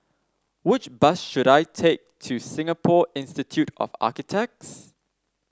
which bus should I take to Singapore Institute of Architects